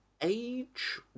age